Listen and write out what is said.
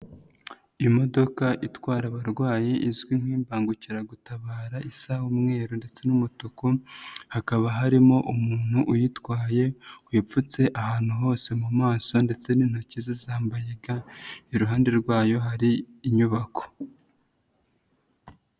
Imodoka itwara abarwayi izwi nk'imbangukiragutabara isa umweru ndetse n'umutuku, hakaba harimo umuntu uyitwaye wipfutse ahantu hose mu maso ndetse n'intoki ze zambaye ga, iruhande rwayo hari inyubako.